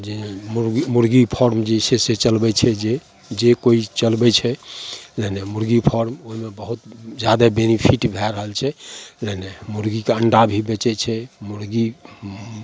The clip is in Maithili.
जे मौगी मुर्गी फर्म जे छै से जे चलबय छै से जे कोइ चलबय छै नइ नइ मुर्गी फर्म ओइमे बहुत जादा बेनिफिट भए रहल छै नइ नइ मुर्गीके अण्डा भी बेचय छै मुर्गी